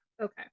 okay